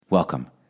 Welcome